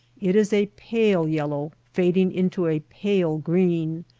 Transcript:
it is a pale yellow fading into a pale green,